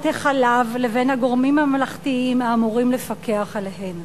החלב לבין הגורמים הממלכתיים האמורים לפקח עליהם.